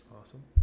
Awesome